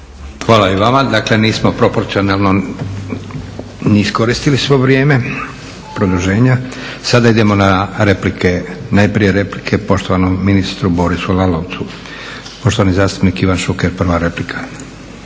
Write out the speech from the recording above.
Hvala i vama. Dakle, nismo proporcionalno ni iskoristili svo vrijeme produženja. Sada idemo na replike. Najprije replike poštovanom ministru Borisu Lalovcu. Poštovani zastupnik Ivan Šuker prva replika.